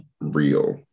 real